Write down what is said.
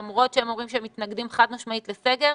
למרות שהם אומרים שהם מתנגדים חד משמעית לסגר.